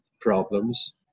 problems